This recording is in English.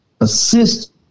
assist